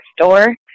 store –